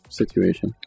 situation